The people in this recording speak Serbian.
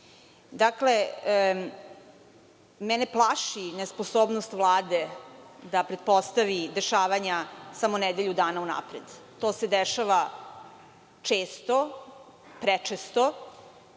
mene plaši nesposobnost Vlade da pretpostavi dešavanja samo nedelju dana unapred. To se dešava često, prečesto.